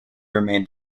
remained